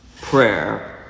prayer